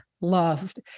loved